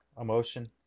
emotion